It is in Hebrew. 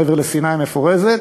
מעבר לסיני המפורזת.